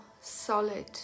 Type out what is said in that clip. solid